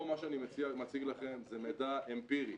פה מה שאני מציג לכם זה מידע אמפירי.